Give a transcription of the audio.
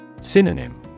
Synonym